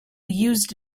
used